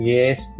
Yes